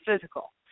physical